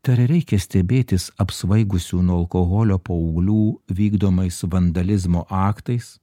tai ar reikia stebėtis apsvaigusių nuo alkoholio paauglių vykdomais vandalizmo aktais